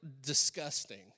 disgusting